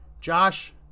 Josh